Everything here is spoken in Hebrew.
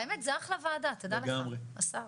האמת, זה אחלה וועדה, תדע לך, השר.